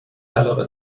علاقه